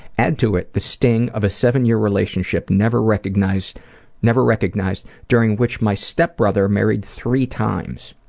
add to it the sting of a seven-year relationship never recognized never recognized during which my stepbrother married three times.